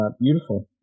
Beautiful